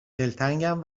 دلتنگم